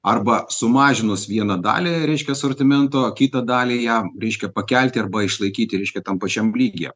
arba sumažinus vieną dalį reiškia asortimento kitą dalį ją reiškia pakelti arba išlaikyti reiškia tam pačiam lygyje